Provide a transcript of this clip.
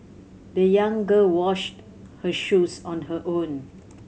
the young girl washed her shoes on her own